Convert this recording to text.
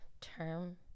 Term